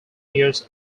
years